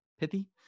pithy